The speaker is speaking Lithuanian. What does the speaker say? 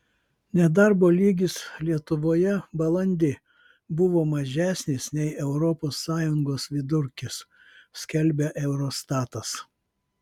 nedarbo lygis lietuvoje balandį buvo mažesnis nei europos sąjungos vidurkis skelbia eurostatas